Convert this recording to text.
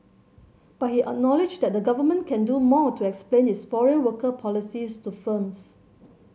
but he acknowledged that the Government can do more to explain its foreign worker policies to firms